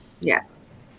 Yes